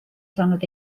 saanud